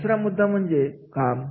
दुसरा मुद्दा म्हणजे काम